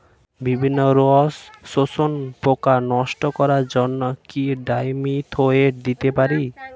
বিভিন্ন রস শোষক পোকা নষ্ট করার জন্য কি ডাইমিথোয়েট দিতে পারি?